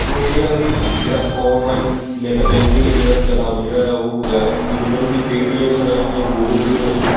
ਉਹ ਇਹ ਆ ਵੀ ਜਿਹੜਾ ਔਨਲਾਈਨ ਨੈੱਟ ਬੈਂਕਿੰਗ ਜਿਹੜਾ ਦਾ ਕੰਮ ਜਿਹੜਾ ਆ ਉਹ ਹੋ ਗਿਆ ਵੀ ਜਿੱਦਾਂ ਤੁਸੀਂ ਪੇਟੀਐੱਮ ਰਾਹੀਂ ਜਾਂ ਗੂਗਲ ਪੇ ਰਾਹੀਂ